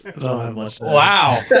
Wow